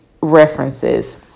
references